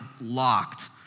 locked